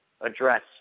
address